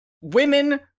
women